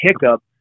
hiccup